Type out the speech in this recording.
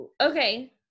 Okay